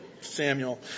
Samuel